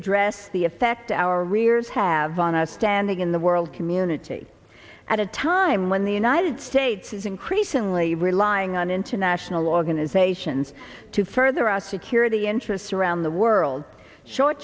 address the effect our rears have on our standing in the world community at a time when the united states is increasingly relying on international organizations to further our security interests around the world short